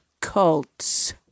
cults